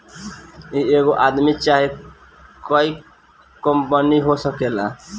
ई एगो आदमी चाहे कोइ कंपनी हो सकेला